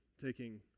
taking